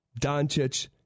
Doncic